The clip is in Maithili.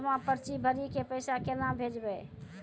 जमा पर्ची भरी के पैसा केना भेजबे?